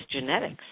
genetics